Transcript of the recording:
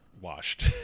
washed